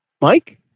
Mike